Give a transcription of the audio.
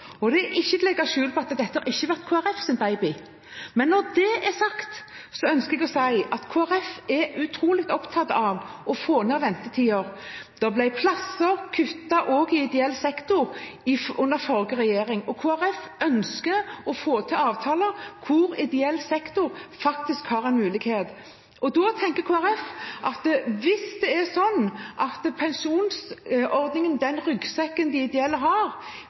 Det er ikke til å legge skjul på at dette ikke har vært Kristelig Folkepartis baby. Men når det er sagt, ønsker jeg å si at Kristelig Folkeparti er utrolig opptatt av å få ned ventetiden. Det ble kuttet plasser også i ideell sektor under forrige regjering, og Kristelig Folkeparti ønsker å få til avtaler hvor ideell sektor faktisk har en mulighet. Da tenker Kristelig Folkeparti at hvis det er sånn at pensjonsordningen, den ryggsekken de ideelle har,